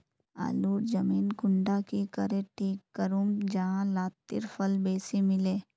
आलूर जमीन कुंडा की करे ठीक करूम जाहा लात्तिर फल बेसी मिले?